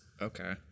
Okay